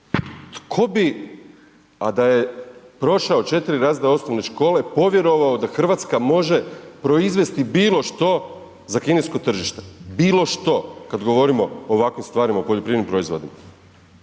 Tko bi a da je prošao 4 razreda osnovne škole povjerovao da Hrvatska može proizvesti bilo što za kinesko tržište, bilo što kad govorimo o ovakvim stvarima, o poljoprivrednim proizvodima.